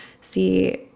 see